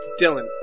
Dylan